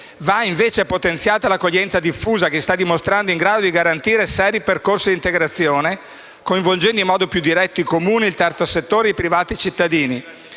Va invece potenziata l’accoglienza diffusa, che si sta dimostrando in grado di garantire seri percorsi di integrazione, coinvolgendo in modo più diretto i Comuni, il terzo settore, i privati cittadini.